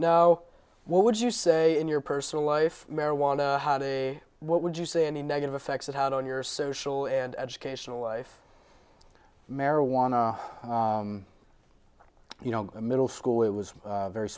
know what would you say in your personal life marijuana what would you say any negative effects it had on your social and educational life marijuana you know middle school it was very